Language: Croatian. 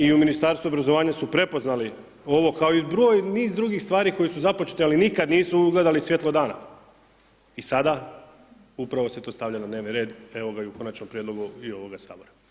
I u Ministarstvu obrazovanja su prepoznali ovo kao i broj niz drugih stvari koje su započete ali nikada nisu ugledali svjetlo dana i sada upravo to se stavlja na dnevni red evo ga i u konačnom prijedlogu i ovoga Sabora.